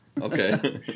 Okay